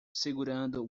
segurando